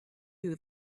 you